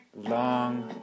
Long